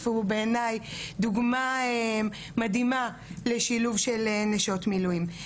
הוא בעניי דוגמא מדהימה לשילוב של נשות מילואים.